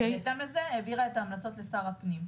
ואז היא העבירה את ההמלצות לשר הפנים,